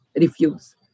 refuse